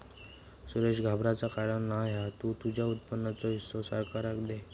सुरेश घाबराचा कारण नाय हा तु तुझ्या उत्पन्नाचो हिस्सो सरकाराक दे